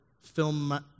film